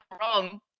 wrong